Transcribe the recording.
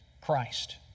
Christ